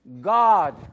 God